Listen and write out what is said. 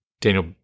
daniel